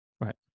Right